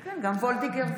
כן, גם וולדיגר.